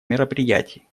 мероприятий